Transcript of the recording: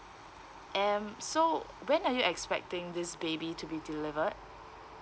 and so when are you expecting this baby to be delivered